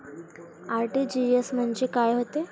RTGS म्हंजे काय होते?